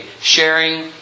sharing